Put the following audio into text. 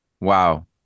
wow